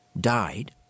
died